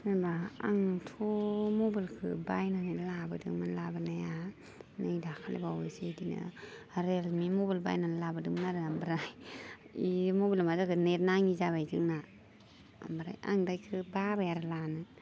होम्बा आंथ' मबेलखौ बायनानै लाबोदोंमोन लाबोनाया नै दाखालै बावैसो बिदिनो रियेलमि मबाइल बायनानै लाबोदोंमोन आरो ओमफ्राय बे मबेलआ मा जाखो नेट नाङि जाबाय जोंना ओमफ्राय दा आं बेखौ बाबाय आरो लानो